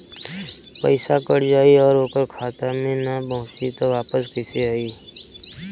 पईसा कट जाई और ओकर खाता मे ना पहुंची त वापस कैसे आई?